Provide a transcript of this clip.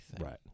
Right